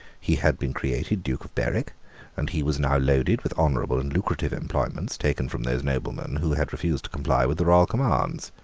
he had been created duke of berwick and he was now loaded with honourable and lucrative employments, taken from those noblemen who had refused to comply with the royal commands.